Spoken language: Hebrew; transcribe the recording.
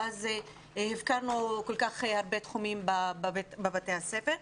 ואז הפקרנו כל כך הרבה תחומים בבתי הספר.